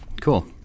Cool